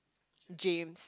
James